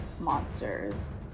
monsters